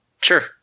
Sure